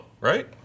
right